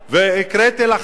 והקראתי לך,